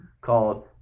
called